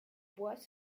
bois